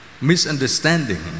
misunderstanding